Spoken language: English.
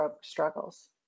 struggles